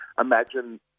imagine